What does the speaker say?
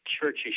churches